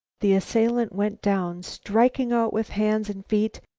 the assailant went down, striking out with hands and feet,